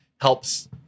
helps